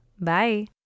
Bye